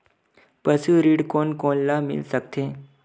पशु ऋण कोन कोन ल मिल सकथे?